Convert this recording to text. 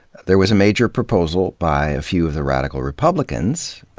there was a major proposal by a few of the radical republicans,